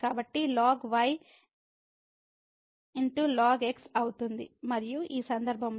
కాబట్టి logy x ln x అవుతుంది మరియు ఈ సందర్భంలో